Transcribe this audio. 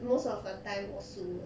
most of the time 我输 leh